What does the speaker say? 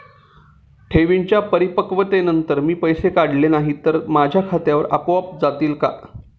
ठेवींच्या परिपक्वतेनंतर मी पैसे काढले नाही तर ते माझ्या खात्यावर आपोआप जातील का?